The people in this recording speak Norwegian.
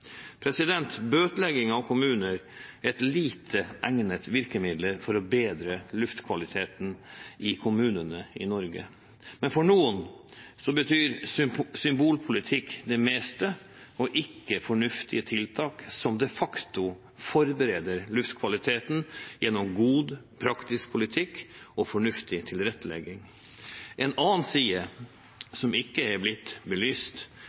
Bøtelegging av kommuner er et lite egnet virkemiddel for å bedre luftkvaliteten i kommunene i Norge. Men for noen betyr symbolpolitikk det meste og ikke fornuftige tiltak som de facto forbedrer luftkvaliteten gjennom god, praktisk politikk og fornuftig tilrettelegging. En annen side som ikke er blitt belyst